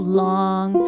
long